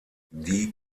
die